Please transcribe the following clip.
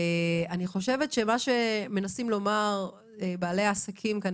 ואני חושבת שמה שמנסים לומר בעלי העסקים כאן,